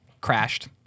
crashed